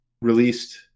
released